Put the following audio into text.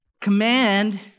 Command